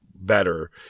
better